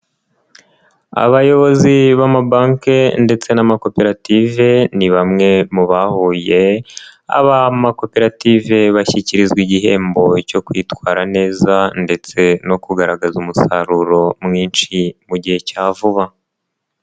Abayobozi b'amabanki ndetse n'amakoperative, ni bamwe mu bahuye, ab'amakoperative bashyikirizwa igihembo cyo kwitwara neza ndetse no kugaragaza umusaruro mwinshi mu gihe cya vuba.